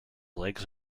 legs